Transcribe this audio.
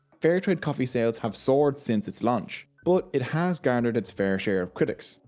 fair trade coffee sales have soared since it's launch. but it has garnered it's fair share of critics.